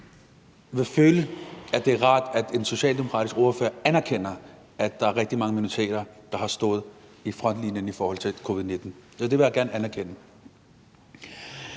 med, vil føle, at det er rart, at en socialdemokratisk ordfører anerkender, at der er rigtig mange minoriteter, der har stået i frontlinjen i forhold til covid-19. Så det vil jeg gerne anerkende.